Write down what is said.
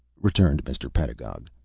returned mr. pedagog.